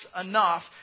enough